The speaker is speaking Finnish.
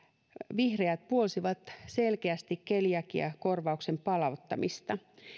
vihreät puolsivat selkeästi keliakiakorvauksen palauttamista